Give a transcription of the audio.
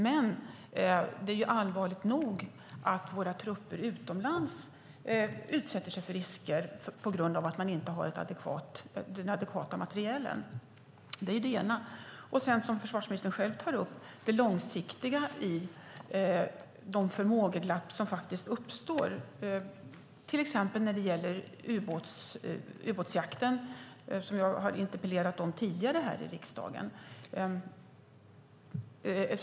Men det är ju allvarligt nog att våra trupper utomlands utsätter sig för risker på grund av att man inte har adekvat materiel. Det är det ena. Som försvarsministern själv tar upp har vi det långsiktiga i de förmågeglapp som faktiskt uppstår, till exempel när det gäller ubåtsjakten, som jag har interpellerat om tidigare här i riksdagen.